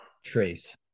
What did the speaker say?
trace